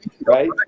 right